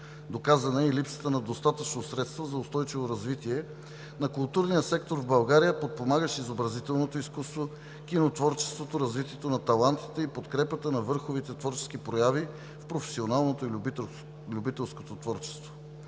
Доказана е и липсата на достатъчно средства за устойчиво развитие на културния сектор в България, подпомагащ изобразителното изкуство, кинотворчеството, развитието на талантите и подкрепата на върховите творчески прояви в професионалното и любителското творчество.